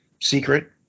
secret